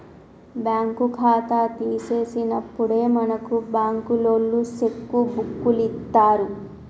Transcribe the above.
bank ఖాతా తీసినప్పుడే మనకు బంకులోల్లు సెక్కు బుక్కులిత్తరు